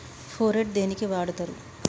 Phorate దేనికి వాడుతరు?